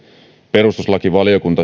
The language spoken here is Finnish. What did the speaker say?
perustuslakivaliokunta